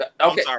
okay